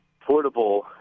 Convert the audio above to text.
portable